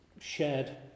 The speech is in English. shared